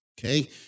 okay